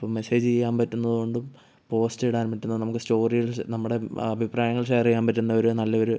അപ്പം മെസ്സേജ് ചെയ്യാൻ പറ്റുന്നത് കൊണ്ടും പോസ്റ്റ് ഇടാൻ പറ്റുന്ന നമുക്ക് സ്റ്റോറിയിൽ നമ്മുടെ അഭിപ്രായങ്ങൾ ഷെയർ ചെയ്യാൻ പറ്റുന്ന ഒരു നല്ല ഒര്